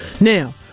now